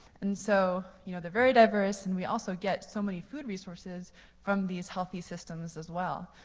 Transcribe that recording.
and so, you know, they're very diverse. and we also get so many food resources from these healthy systems as well.